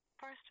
first